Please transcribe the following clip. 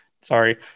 sorry